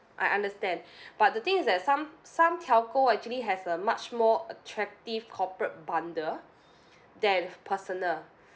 I understand but the thing is that some some telco actually has a much more attractive corporate bundle than personal